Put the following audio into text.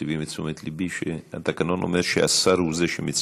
מסבים את תשומת לבי לכך שהתקנון אומר שהשר הוא שמציע,